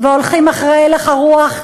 והולכים אחרי הלך הרוח.